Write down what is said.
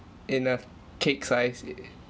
in a cake size i~ it